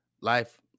life